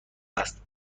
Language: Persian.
است